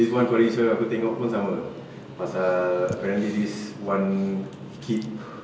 this one korean show aku tengok pun sama pasal apparently this one kid